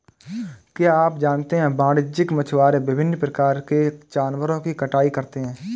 क्या आप जानते है वाणिज्यिक मछुआरे विभिन्न प्रकार के जानवरों की कटाई करते हैं?